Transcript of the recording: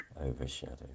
overshadow